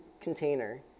container